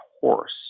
horse